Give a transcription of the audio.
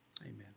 Amen